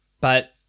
But-